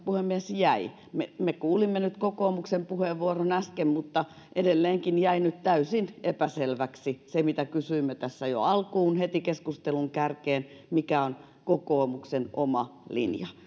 puhemies me me kuulimme nyt kokoomuksen puheenvuoron äsken mutta valitettavasti edelleenkin jäi täysin epäselväksi se mitä kysyimme tässä jo alkuun heti keskustelun kärkeen että mikä on kokoomuksen oma linja